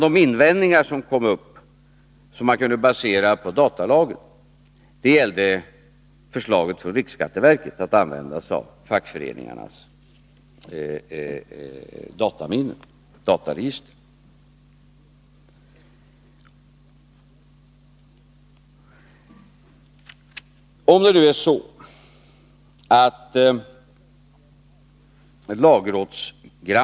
De invändningar som kom upp baserade på datalagen avdragsrätt vid ingällde förslaget från riksskatteverket att använda sig av fackföreningarnas komstbeskatt. dataregister.